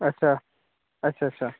अच्छा अच्छा अच्छा